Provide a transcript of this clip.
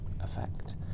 effect